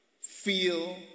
feel